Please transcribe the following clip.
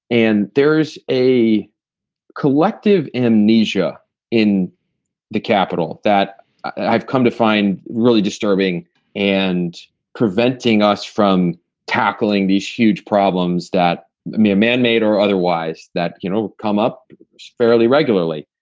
and there's a collective amnesia in the capital that i've come to find really disturbing and preventing us from tackling these huge problems that are manmade or otherwise that, you know, come up fairly regularly.